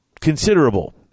considerable